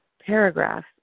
paragraph